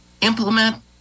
implement